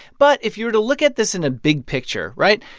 but if you were to look at this in a big picture right?